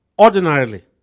Ordinarily